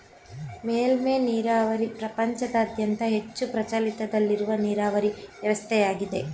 ಮೇಲ್ಮೆ ನೀರಾವರಿ ಪ್ರಪಂಚದಾದ್ಯಂತ ಹೆಚ್ಚು ಪ್ರಚಲಿತದಲ್ಲಿರುವ ನೀರಾವರಿ ವ್ಯವಸ್ಥೆಯಾಗಿದೆ